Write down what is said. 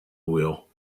wheel